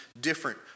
different